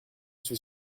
suis